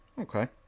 Okay